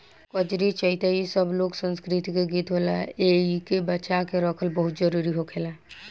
कजरी, चइता इ सब लोक संस्कृति के गीत होला एइके बचा के रखल बहुते जरुरी होखेला